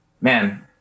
man